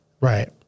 Right